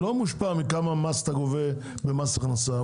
הוא לא מושפע מכמה מס אתה גובה ממס הכנסה,